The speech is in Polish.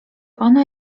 ona